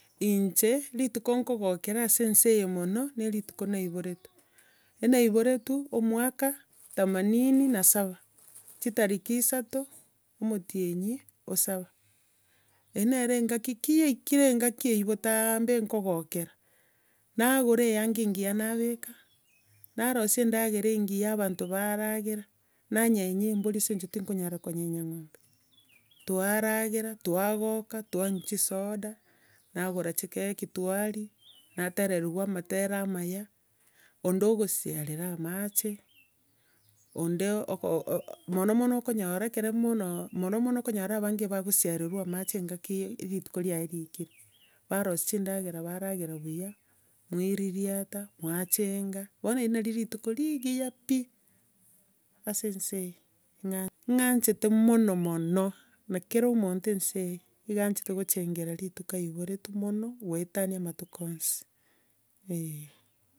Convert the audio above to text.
Inche, rituko nkogokera ase enseye mono, na erituko naiboretwe, e naiboretwe omwaka themanini na saba, chitariki isato, omotienyi o saba. Ere nere engaki ki yaikire engaki eyio bontambe nkogokera, nagora eyanga engiya nabeka, narosia endagera engiya abanto baragera, nanyenya embori ase eng'encho ntikonyara nkonyenya ng'ombe, twaragera, twagoka, twanywa chisoda, nagora chikeki twaria, natereriwa amatera amaya, onde ogosiarera amache, onde oko- o mono mono okonyora ekero mono, mono mono okonyora abange bagosiarerwa amache engaki, ye rituko riaye riayikire, barosia chindagera baragera buya, mwaiririata, mwachenga, bono ere nari rituko rigiya pi ase enseye ng'a- ng'anchete mono mono, naki kere omonto enseye, niga aanchete gochengera rituko aiboretwe mono, goetania amatuko onsi, eh.